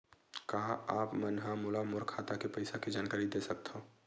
का आप मन ह मोला मोर खाता के पईसा के जानकारी दे सकथव?